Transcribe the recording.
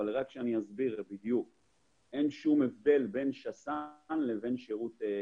רק אסביר שאין שום הבדל בין שס"ן לבין שירות רגיל מבחינת כל התנאים.